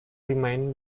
remained